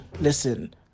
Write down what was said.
listen